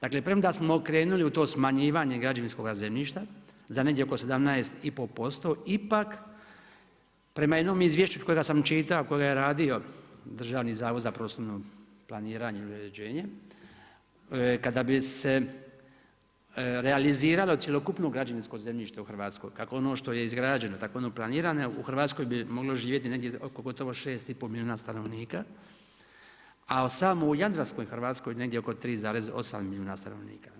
Dakle premda smo krenuli u to smanjivanje građevinskoga zemljišta za negdje oko 17,5% ipak prema jednom izvješću kojega sam čitao kojega je radio Državni zavod za prostorno planiranje i uređenje kada bi se realiziralo cjelokupno građevinsko zemljište u Hrvatskoj kako ono što je izgrađeno tako ono planirano u Hrvatskoj bi moglo živjeti negdje oko gotovo 6,5 milijuna stanovnika, a samo u jadranskoj Hrvatskoj negdje oko 3,8 milijuna stanovnika.